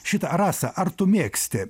šita rasa ar tu mėgsti